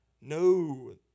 No